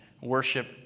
worship